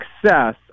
success